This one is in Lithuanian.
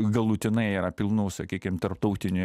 galutinai yra pilnu sakykim tarptautiniu